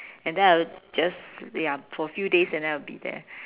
and then I'll just ya for a few days and then I'll be there